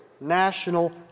national